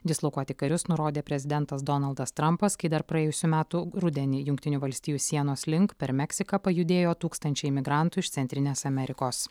dislokuoti karius nurodė prezidentas donaldas trampas kai dar praėjusių metų rudenį jungtinių valstijų sienos link per meksiką pajudėjo tūkstančiai migrantų iš centrinės amerikos